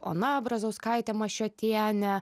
ona brazauskaite mašiotiene